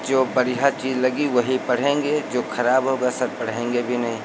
जो बढ़िया चीज़ लगी वही पढ़ेंगे जो खराब होगा सर पढ़ेंगे भी नहीं